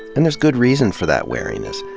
and there's good reason for that wariness,